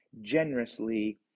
generously